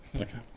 Okay